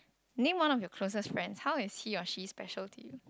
name of your closest friend how is he or she special to you